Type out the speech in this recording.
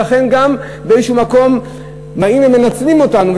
ולכן גם באיזה מקום באים ומנצלים אותנו,